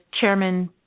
chairman